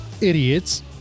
Idiots